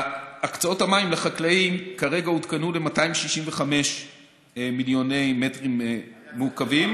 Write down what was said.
הקצאות המים לחקלאים כרגע עודכנו ל-265 מיליוני מטרים מעוקבים.